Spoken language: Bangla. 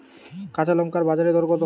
কাঁচা লঙ্কার বাজার দর কত?